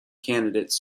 candidates